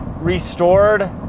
restored